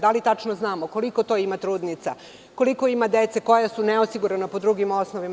Da li tačno znamo koliko ima trudnica, koliko ima dece koja su neosigurana po drugim osnovama?